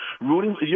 rooting